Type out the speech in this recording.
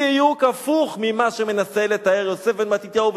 בדיוק הפוך ממה שמנסה לתאר יוסף בן מתתיהו,